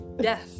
yes